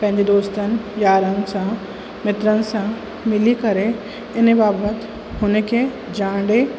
पंहिंजे दोस्तनि यारनि सां मित्रनि सां मिली करे हिन बाबति हुनखे ॼाण ॾे